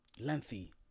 Lengthy